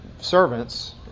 servants